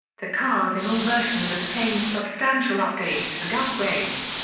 the cars in all versions obtained substantial updates and upgrades.